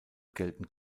gelten